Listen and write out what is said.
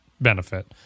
benefit